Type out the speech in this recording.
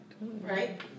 right